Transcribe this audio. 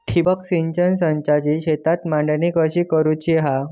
ठिबक सिंचन संचाची शेतात मांडणी कशी करुची हा?